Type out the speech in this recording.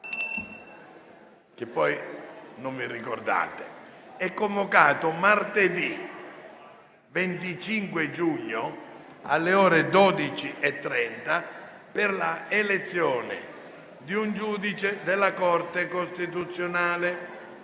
in seduta comune è convocato martedì 25 giugno alle ore 12,30 per la elezione di un giudice della Corte costituzionale.